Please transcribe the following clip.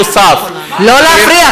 לא קיבלתי.